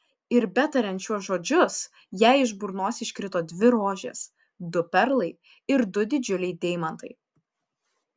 ir betariant šiuos žodžius jai iš burnos iškrito dvi rožės du perlai ir du didžiuliai deimantai